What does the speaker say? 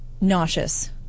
nauseous